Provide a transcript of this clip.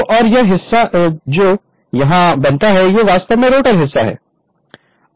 तो और यह हिस्सा जो यहाँ बनाता है यह वास्तव में रोटर हिस्सा है